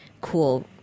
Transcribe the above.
cool –